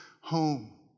home